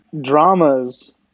Dramas